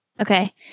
Okay